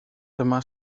dyma